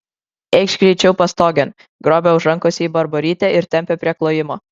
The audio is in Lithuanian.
eikš greičiau pastogėn grobia už rankos jį barborytė ir tempia prie klojimo